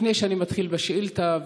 לפני שאני מתחיל בשאילתה,